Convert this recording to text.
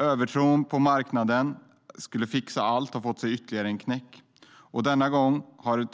Övertron på att marknaden fixar allt har fått ytterligare en knäck. Denna gång har